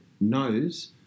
knows